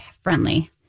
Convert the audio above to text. friendly